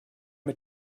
mit